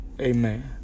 Amen